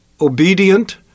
obedient